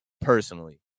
personally